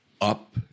up